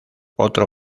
otro